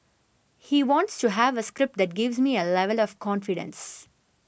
he wants to have a script that gives me a level of confidence